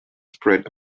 spread